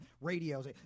radios